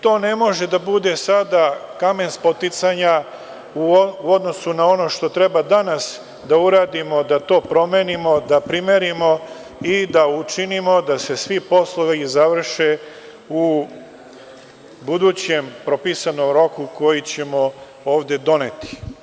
To ne može da bude sada kamen spoticanja u odnosu na ono što treba danas da uradimo da to promenimo, da primerimo i da učinimo da se svi poslovi završe u budućem propisanom roku koji ćemo ovde doneti.